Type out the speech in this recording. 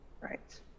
Right